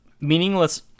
meaningless